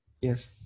yes